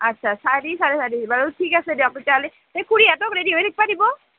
আচ্ছা চাৰি চাৰে চাৰি বাৰু ঠিক আছে দিয়ক তেতিয়াহ'লি এই খুৰীহেঁতক ৰেডী হৈ থাকব দিব